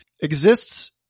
exists